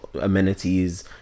amenities